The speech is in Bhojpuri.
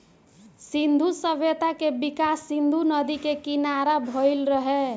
सिंधु सभ्यता के विकास सिंधु नदी के किनारा भईल रहे